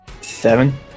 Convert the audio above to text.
Seven